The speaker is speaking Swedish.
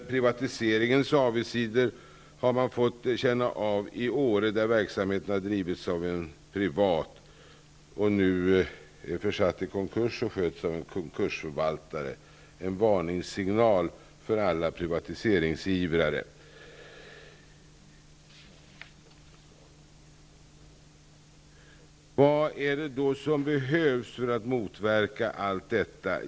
Privatiseringens avigsidor har man fått känna av i Åre, där verksamheten en tid har drivits privat och nu gått i konkurs. Biblioteket sköts nu av en konkursförvaltare. Det är en varningssignal för alla privatiseringsivrare. Vad är det då som behövs för att motverka allt detta?